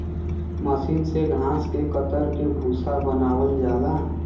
मसीन से घास के कतर के भूसा बनावल जाला